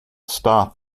stop